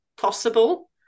possible